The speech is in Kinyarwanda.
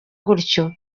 gutyo